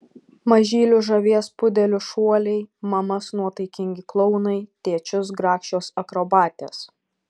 mažylius žavės pudelių šuoliai mamas nuotaikingi klounai tėčius grakščios akrobatės